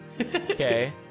okay